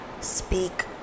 speak